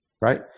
Right